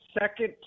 second